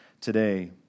today